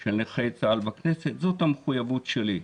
של נכי צה"ל בכנסת, זאת המחויבות שלי.